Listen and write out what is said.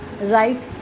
right